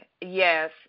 Yes